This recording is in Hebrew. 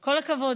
כל הכבוד.